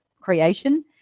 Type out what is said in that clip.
creation